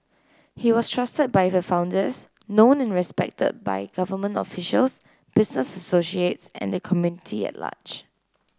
he was trusted by the founders known and respected by government officials business associates and the community at large